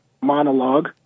monologue